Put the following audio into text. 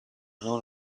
non